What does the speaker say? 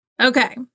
Okay